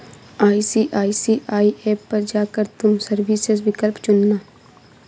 ICICI app पर जा कर तुम सर्विसेस विकल्प चुनना